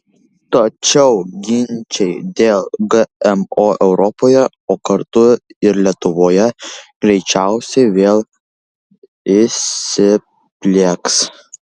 tačiau ginčai dėl gmo europoje o kartu ir lietuvoje greičiausiai vėl įsiplieks